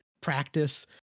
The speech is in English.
practice